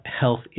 Health